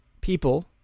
people